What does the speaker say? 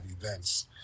events